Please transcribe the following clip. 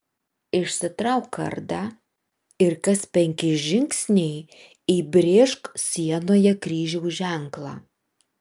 išsitrauk kardą ir kas penki žingsniai įbrėžk sienoje kryžiaus ženklą